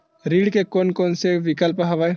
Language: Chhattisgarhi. ऋण के कोन कोन से विकल्प हवय?